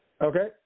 Okay